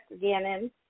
Gannon